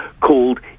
called